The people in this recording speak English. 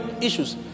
issues